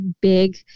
big